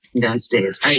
downstairs